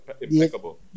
impeccable